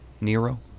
Nero